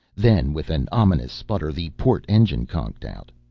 then, with an ominous sputter, the port engine conked out.